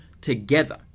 together